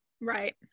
Right